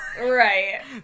Right